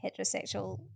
heterosexual